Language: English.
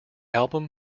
album